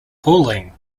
pauline